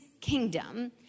kingdom